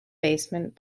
basement